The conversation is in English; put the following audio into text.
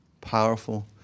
powerful